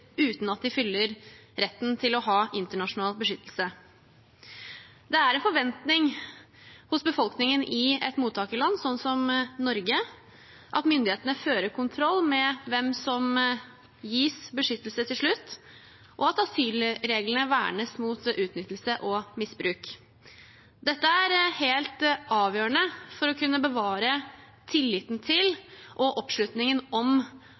uten at de fyller retten til å ha internasjonal beskyttelse. Det er en forventning hos befolkningen i et mottakerland, slik som Norge, at myndighetene fører kontroll med hvem som gis beskyttelse til slutt, og at asylreglene vernes mot utnyttelse og misbruk. Dette er helt avgjørende for å kunne bevare tilliten til og oppslutningen om